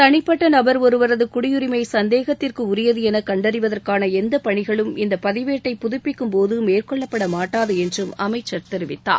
தளிப்பட்ட நபர் ஒருவரது குடியுரிமை சந்தேகத்திற்குரியது என கண்டறிவதற்கான எந்த பணிகளும் இந்த பதிவேட்டை புதுப்பிக்கும்போது மேற்கொள்ளப்படமாட்டாது என்றும் அமைச்சர் தெரிவித்தார்